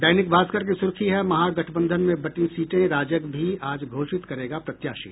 दैनिक भास्कर की सुर्खी है महागठबंधन में बंटीं सीटें राजग भी आज घोषित करेगा प्रत्याशी